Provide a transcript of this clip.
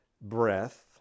breath